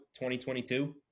2022